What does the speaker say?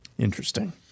Interesting